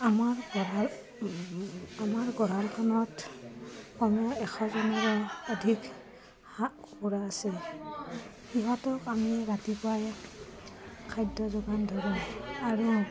আমাৰ গঁৰাল আমাৰ গঁৰালখনত কমে এশজনীমান অধিক হাঁহ কুকুৰা আছে সিহঁতক আমি ৰাতিপুৱাই খাদ্য যোগান ধৰোঁ আৰু